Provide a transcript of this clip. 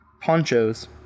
Ponchos